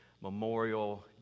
Memorial